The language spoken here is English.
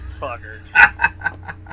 fucker